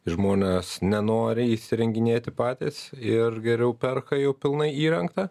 žmonės nenori įsirenginėti patys ir geriau perka jau pilnai įrengtą